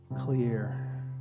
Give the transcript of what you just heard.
clear